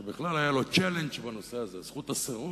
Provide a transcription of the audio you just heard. שבכלל היה לוchallenge בנושא הזה, זכות הסירוב,